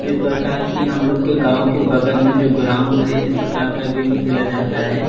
इस प्रकार की हम लोग को गाँव के बगल में जो ग्राउंड है इस प्रकार का गेम खेला जाता है